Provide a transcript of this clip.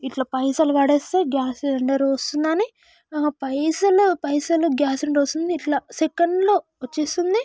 ఇట్లా పైసలు పడేస్తే గ్యాస్ సిలిండర్ వస్తుంది అని పైసలు పైసలు గ్యాస్ సిలిండర్ వస్తుంది ఇట్లా సెకండ్ లో వచ్చేస్తుంది